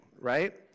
right